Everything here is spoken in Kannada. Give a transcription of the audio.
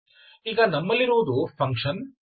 ಈಗ ನಮ್ಮಲ್ಲಿರುವುದು ಫಂಕ್ಷನ್F R2R2